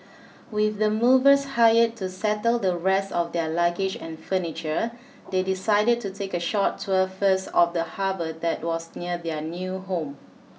with the movers hired to settle the rest of their luggage and furniture they decided to take a short tour first of the harbour that was near their new home